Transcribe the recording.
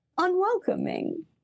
unwelcoming